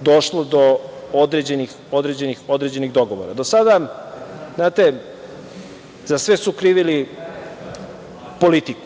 došlo do određenih dogovora. Do sada za sve su krivili politiku.